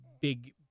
big